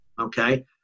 okay